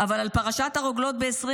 אבל על פרשת הרוגלות ב-2022,